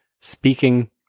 speaking